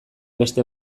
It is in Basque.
beste